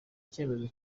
icyemezo